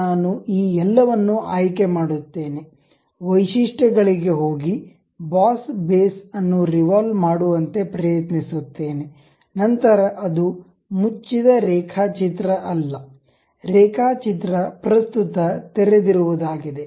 ನಾನು ಈ ಎಲ್ಲವನ್ನು ಆಯ್ಕೆ ಮಾಡುತ್ತೇನೆ ವೈಶಿಷ್ಟ್ಯಗಳಿಗೆ ಹೋಗಿ ಬಾಸ್ ಬೇಸ್ ಅನ್ನು ರಿವಾಲ್ವ್ ಮಾಡುವಂತೆ ಪ್ರಯತ್ನಿಸುತ್ತೇನೆ ನಂತರ ಅದು ಮುಚ್ಚಿದ ರೇಖಾಚಿತ್ರ ಅಲ್ಲ ರೇಖಾಚಿತ್ರ ಪ್ರಸ್ತುತ ತೆರೆದಿರುವದಾಗಿದೆ